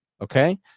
Okay